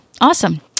awesome